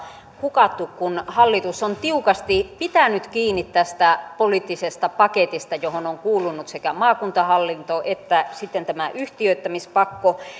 hukattu kun hallitus on tiukasti pitänyt kiinni tästä poliittisesta paketista johon on kuulunut sekä maakuntahallinto että sitten tämä yhtiöittämispakko